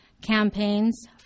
Campaigns